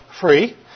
free